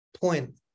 point